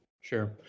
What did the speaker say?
Sure